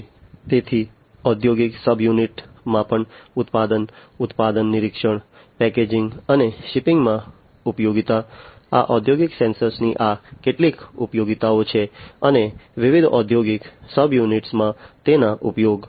તેથી ઔદ્યોગિક સબયુનિટ્સ માપન ઉત્પાદન ઉત્પાદન નિરીક્ષણ પેકેજિંગ અને શિપિંગમાં ઉપયોગિતા આ ઔદ્યોગિક સેન્સર ની આ કેટલીક ઉપયોગિતાઓ છે અને વિવિધ ઔદ્યોગિક સબ્યુનિટ્સમાં તેનો ઉપયોગ